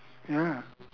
ya